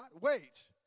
Wait